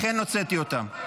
לכן הוצאתי אותם.